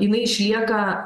jinai išlieka